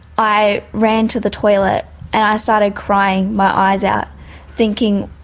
i ran to the toilet and i started crying my eyes out thinking,